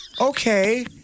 Okay